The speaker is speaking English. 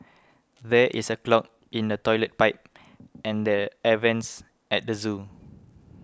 there is a clog in the Toilet Pipe and the Air Vents at the zoo